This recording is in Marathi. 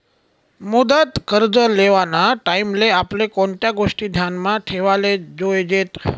मुदत कर्ज लेवाना टाईमले आपले कोणत्या गोष्टी ध्यानमा ठेवाले जोयजेत